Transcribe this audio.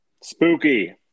Spooky